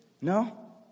no